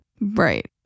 Right